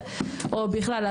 או בכלל.